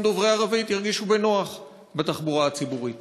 דוברי ערבית ירגישו בנוח בתחבורה הציבורית.